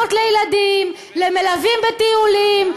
אנחנו עובדים ואתם מסיתים.